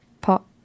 pop